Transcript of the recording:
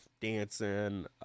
dancing